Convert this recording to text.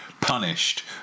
punished